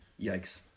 Yikes